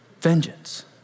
Vengeance